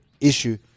issue